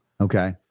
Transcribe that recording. Okay